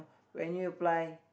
when you apply